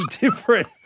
different